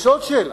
יש עוד שאלה,